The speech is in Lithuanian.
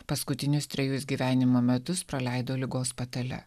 paskutinius trejus gyvenimo metus praleido ligos patale